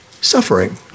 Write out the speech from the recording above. suffering